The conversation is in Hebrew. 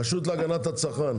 הרשות להגנת הצרכן